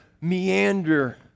meander